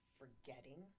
forgetting